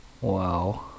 Wow